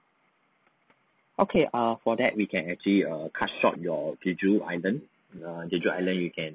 okay err for that we can actually err cut short your jeju island err jeju island you can